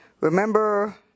remember